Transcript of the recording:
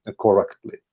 correctly